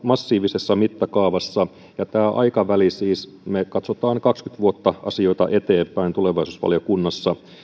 massiivisessa mittakaavassa tämä aikaväli on siis sellainen että me katsomme kaksikymmentä vuotta asioita eteenpäin tulevaisuusvaliokunnassa ja